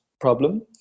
problem